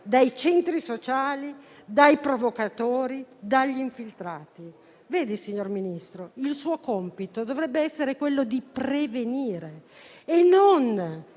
dai centri sociali, dai provocatori, dagli infiltrati. Vede, signor Ministro, il suo compito dovrebbe essere quello di prevenire e di